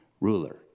ruler